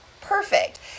perfect